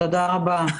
תודה רבה,